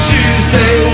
Tuesday